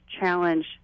Challenge